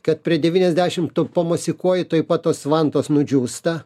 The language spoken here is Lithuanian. kad prie devyniasdešimt tu pamosikuoji tuoj pat tos vantos nudžiūsta